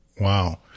Wow